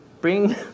Bring